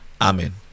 Amen